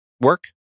work